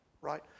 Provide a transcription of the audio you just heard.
right